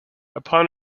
upon